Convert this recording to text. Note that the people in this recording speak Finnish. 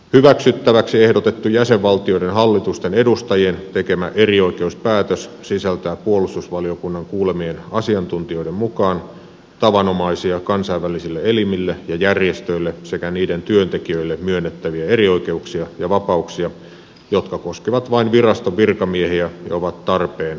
hyväksyttäväksi ehdotettu jäsenvaltioiden hallitusten edustajien tekemä erioikeuspäätös sisältää puolustusvaliokunnan kuulemien asiantuntijoiden mukaan tavanomaisia kansainvälisille elimille ja järjestöille sekä niiden työntekijöille myönnettäviä erioikeuksia ja vapauksia jotka koskevat vain viraston virkamiehiä ja ovat tarpeen virkatehtävien hoitamiseen